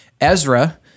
ezra